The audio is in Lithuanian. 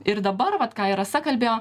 ir dabar vat ką ir rasa kalbėjo